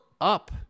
up